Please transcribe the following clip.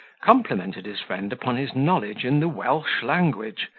complimented his friend upon his knowledge in the welsh language,